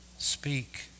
Speak